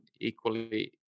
equally